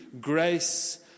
grace